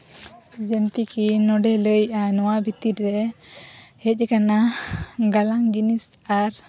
ᱡᱮᱱᱴᱤ ᱠᱚ ᱱᱚᱸᱰᱮ ᱞᱟᱹᱭᱮᱫᱼᱟᱭ ᱱᱚᱣᱟ ᱵᱷᱤᱛᱤᱨ ᱨᱮ ᱦᱮᱡ ᱟᱠᱟᱱᱟ ᱜᱟᱞᱟᱝ ᱡᱤᱱᱤᱥ ᱟᱨ